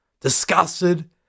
Disgusted